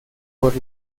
por